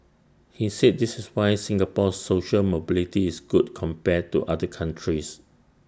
he said this is why Singapore's social mobility is good compared to other countries